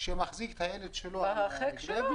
שמחזיק את הילד שלו על הכתפיים.